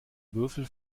würfel